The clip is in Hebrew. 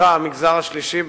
שנקרא "המגזר השלישי",